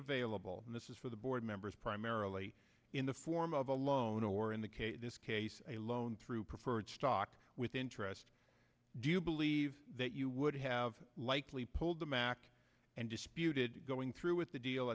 available and this is for the board members primarily in the form of a loan or in the case in this case a loan through preferred stock with interest do you believe that you would have likely pulled the mack and disputed going through with the deal